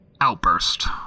outburst